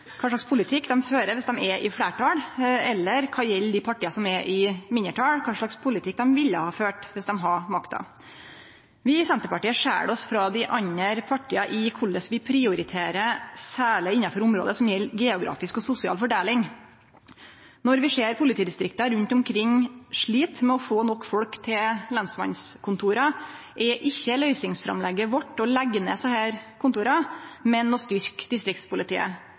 kva slags politikk dei fører viss dei er i fleirtal, eller – kva gjeld dei partia som er i mindretal – kva slags politikk dei ville ha ført viss dei hadde hatt makta. Vi i Senterpartiet skil oss ut frå dei andre partia i korleis vi prioriterer særleg innanfor område som gjeld geografisk og sosial fordeling. Når vi ser at politidistrikta rundt omkring slit med å få nok folk til lensmannskontora, er ikkje løysingsframlegget vårt å leggje ned desse kontora, men å styrkje distriktspolitiet.